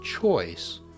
choice